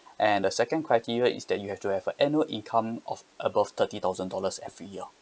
and the second criteria is that you have to have a annual income of above thirty thousand dollars every year